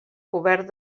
cobert